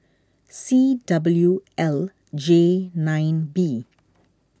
C W L J nine B